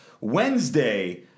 Wednesday